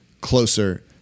closer